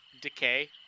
decay